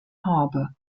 harbour